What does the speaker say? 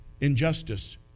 Injustice